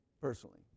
personally